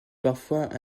parfois